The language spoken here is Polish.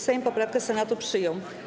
Sejm poprawkę Senatu przyjął.